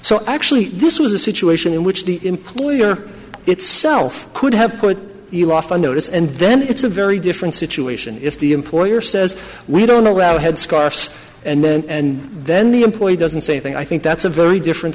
so actually this was a situation in which the employer itself could have put on notice and then it's a very different situation if the employer says we don't allow head scarfs and then and then the employee doesn't say a thing i think that's a very different